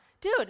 dude